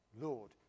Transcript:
Lord